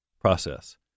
process